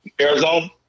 Arizona